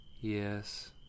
Yes